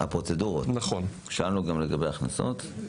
שאלנו גם לגבי הכנסות.